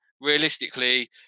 realistically